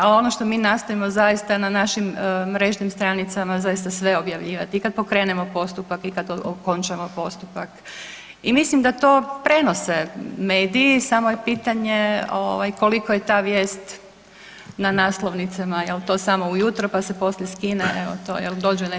Ali ono što mi nastavljamo zaista na našim mrežnim stranicama zaista sve objavljivati, i kad pokrenemo postupak i kad okončamo postupak i mislim da to prenose mediji, samo je pitanje koliko je ta vijest na naslovnicama, jel, to samo ujutro pa se poslije skine, evo, dođe nešto drugo važnije.